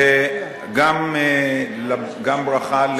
וגם ברכה,